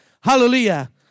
Hallelujah